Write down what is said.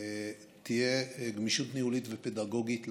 תהיה גמישות ניהולית ופדגוגית למנהלים.